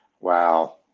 wow